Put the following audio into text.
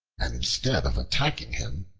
and instead of attacking him,